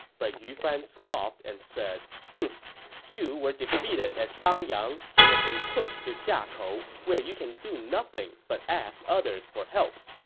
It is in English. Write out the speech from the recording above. but yu fan scoffed and said, you were defeated at dangyang and have been pushed to xiakou, where you can do nothing but ask others for help.